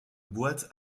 boîtes